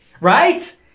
right